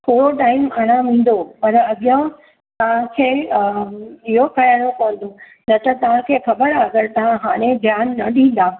थोड़ो टाइम आराम ईंदो पर अॻियां तव्हांखे इहो कराइणो पवंदो न त तव्हांखे ख़बर आहे अगरि तव्हां हाणे धियान न ॾींदा